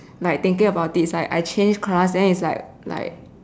like thinking about it is like I change class then it's like like